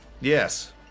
Yes